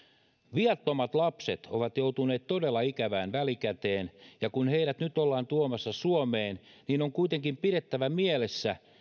viattomat lapset ovat joutuneet todella ikävään välikäteen ja kun heidät nyt ollaan tuomassa suomeen on kuitenkin pidettävä mielessä